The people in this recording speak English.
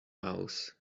mouse